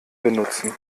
benutzen